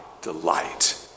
delight